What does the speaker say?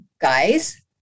guys